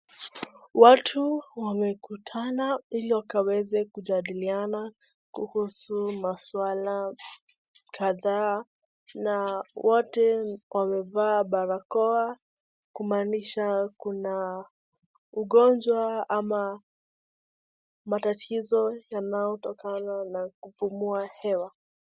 Watu wamekutana ili wakaweze kujadiliana kuhusu maswala kadhaa na wote wamevaa barakoa kumaanisha kuna ugonjwa ama matatizo inayotokana na kupumua hewa.